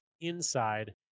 inside